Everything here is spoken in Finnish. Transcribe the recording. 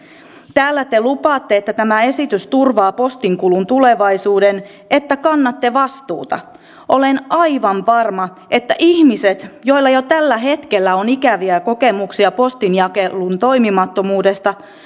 täällä te lupaatte että tämä esitys turvaa postinkulun tulevaisuuden ja että kannatte vastuuta olen aivan varma että ihmiset joilla jo tällä hetkellä on ikäviä kokemuksia postinjakelun toimimattomuudesta